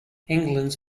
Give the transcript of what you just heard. england’s